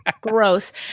gross